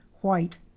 white